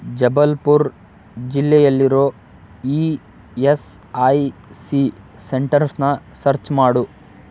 ಜಬಲ್ಪುರ್ ಜಿಲ್ಲೆಯಲ್ಲಿರೋ E S I C ಸೆಂಟರ್ಸನ್ನ search ಮಾಡು